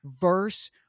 verse